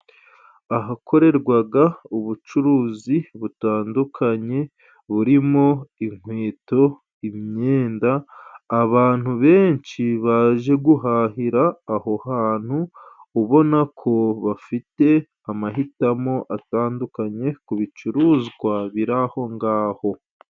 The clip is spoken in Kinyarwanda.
Ahakorerwaga ubucuruzi butandukanye burimo inkweto, imyenda. Abantu benshi baje guhahira aho hantu, ubona ko bafite amahitamo atandukanye kubicuruzwa biri aho ngaho.